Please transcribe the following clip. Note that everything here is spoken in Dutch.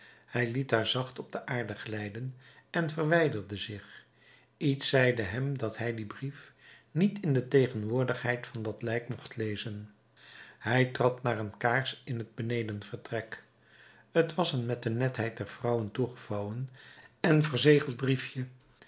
hij liet haar zacht op de aarde glijden en verwijderde zich iets zeide hem dat hij dien brief niet in de tegenwoordigheid van dat lijk mocht lezen hij trad naar een kaars in het beneden vertrek t was een met de netheid der vrouwen toegevouwen en verzegeld briefje